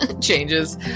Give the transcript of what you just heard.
changes